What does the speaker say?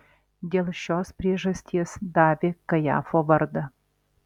dėl šios priežasties davė kajafo vardą